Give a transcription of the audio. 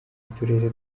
uturere